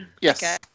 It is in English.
yes